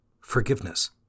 Forgiveness